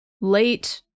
late